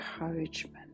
encouragement